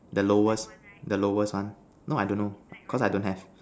the lowest the lowest one no I don't know because I don't have